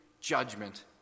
judgment